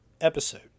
episode